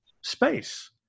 space